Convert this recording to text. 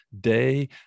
day